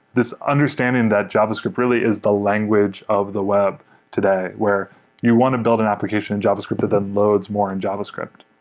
this understanding that javascript really is the language of the web today where you want to build an application in javascript that then loads more in javascript.